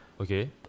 Okay